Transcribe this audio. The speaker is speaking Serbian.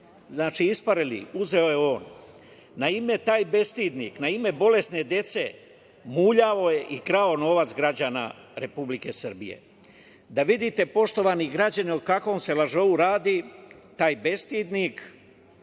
Znači, isparili, uzeo je on. Naime, taj bestidnik je na ime bolesne dece muljao i krao novac građana Republike Srbije. Da vidite, poštovani građani, o kakvom se lažovu radi. Taj bestidnik